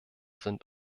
sind